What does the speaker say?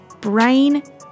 brain